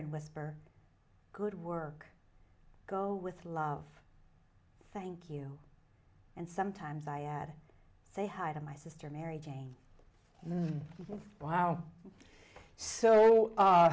and whisper good work go with love thank you and sometimes i add say hi to my sister mary jane wow so